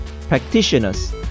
practitioners